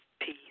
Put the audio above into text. peace